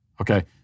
Okay